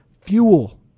fuel